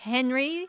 Henry